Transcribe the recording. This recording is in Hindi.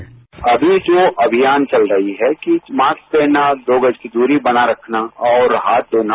साउंड बाईट अभी जो अभियान चल रहा है कि मास्क पहनना दो गज की दूरी बनाये रखना और हाथ धोना